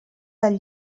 del